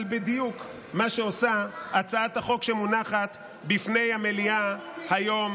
אבל בדיוק מה שעושה הצעת החוק שמונחת בפני המליאה היום.